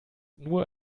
nur